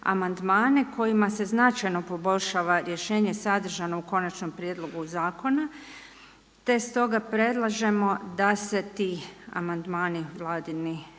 kojima se značajno poboljšava rješenje sadržano u konačnom prijedlogu zakona, te stoga predlažemo da se ti amandmani Vladini